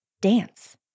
Dance